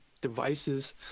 devices